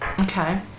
Okay